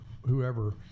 whoever